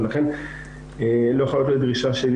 ולכן לא יכולה להיות דרישה שלי